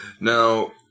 Now